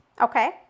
Okay